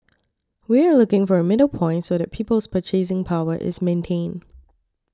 we are looking for a middle point so that people's purchasing power is maintained